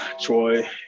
Troy